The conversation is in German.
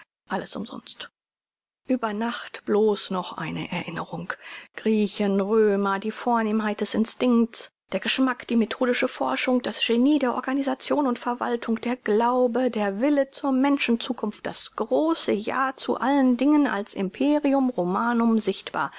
alles umsonst über nacht bloß noch eine erinnerung griechen römer die vornehmheit des instinkts der geschmack die methodische forschung das genie der organisation und verwaltung der glaube der wille zur menschen zukunft das große ja zu allen dingen als imperium romanum sichtbar